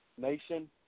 Nation